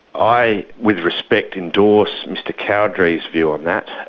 i, with respect, endorse mr cowdery's view on that.